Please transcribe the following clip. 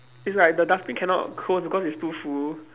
it's like the dustbin cannot close because it's too full